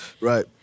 Right